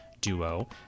duo